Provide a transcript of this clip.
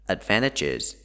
Advantages